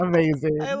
Amazing